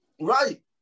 Right